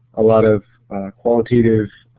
a lot of qualitative